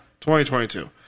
2022